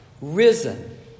risen